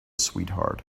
sweetheart